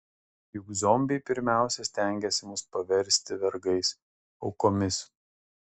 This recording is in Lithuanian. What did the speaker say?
juk zombiai pirmiausia stengiasi mus paversti vergais aukomis